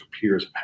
peers